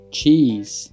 Cheese